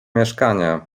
mieszkanie